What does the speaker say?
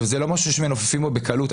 זה לא משהו שמנופפים אותו בקלות.